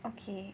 okay